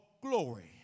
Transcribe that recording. glory